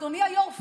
אדוני היו"ר,